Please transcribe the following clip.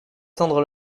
éteindre